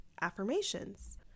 affirmations